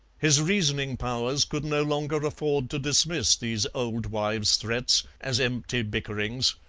his reasoning powers could no longer afford to dismiss these old-wives' threats as empty bickerings.